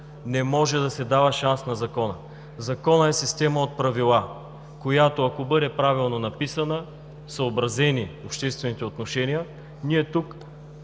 Не може да се дава шанс на Закона. Законът е система от правила, която ако бъде правилно написана, ако бъдат съобразени обществените отношения, ние тук